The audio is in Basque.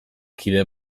kide